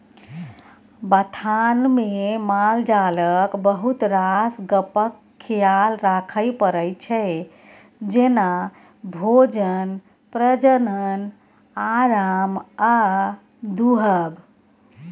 बथानमे मालजालक बहुत रास गप्पक खियाल राखय परै छै जेना भोजन, प्रजनन, आराम आ दुहब